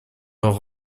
leurs